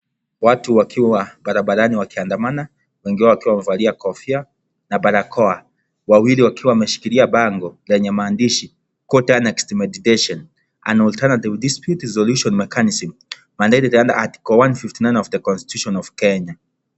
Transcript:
Watu wakiwa barabarani wakiamdamana, wengi wao wakiwa wamevalia kofia, na barakoa. Wawili wakiwa meshikiria bango yenye maandishi, (cs) COURT ANNEXED MEDIATION and alternative dispute resolution mechanism mandated under Article 159 of the Constitution of Kenya(cs).